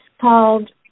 called